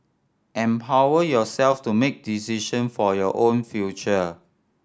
empower yourself to make decision for your own future